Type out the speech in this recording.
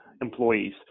employees